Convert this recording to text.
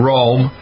Rome